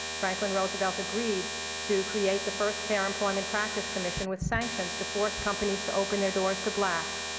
franklin roosevelt agreed to create the first fair employment practice commission with sanctions to force companies to open their doors to blacks.